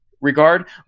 regard